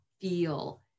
feel